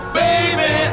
baby